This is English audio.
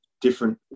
different